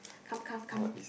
come come come